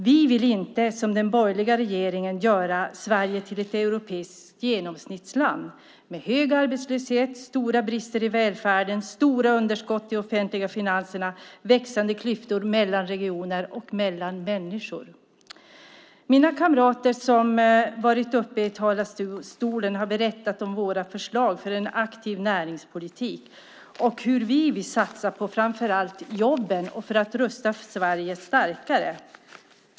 Vi vill inte, som den borgerliga regeringen, göra Sverige till ett europeiskt genomsnittsland med hög arbetslöshet, stora brister i välfärden, stora underskott i de offentliga finanserna, växande klyftor mellan regioner och mellan människor. Mina kamrater som varit uppe i talarstolen har berättat om våra förslag för en aktiv näringspolitik och hur vi vill satsa på framför allt jobben och för att rusta Sverige starkare.